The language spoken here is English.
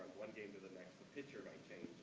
one game to the next the pitcher might change,